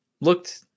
looked